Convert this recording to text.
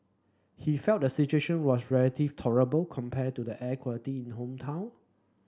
he felt the situation was relatively tolerable compared to the air quality in hometown